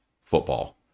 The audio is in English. Football